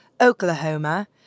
Oklahoma